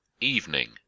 Evening